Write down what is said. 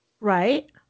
Right